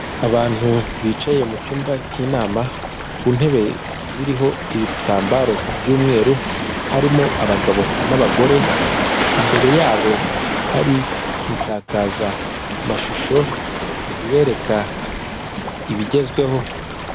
Abantu bicaye mu cyumba k'inama ku ntebe ziriho ibitambaro by'umweru harimo abagabo n'abagore, imbere yabo hari insakazamashusho zibereka ibigezweho.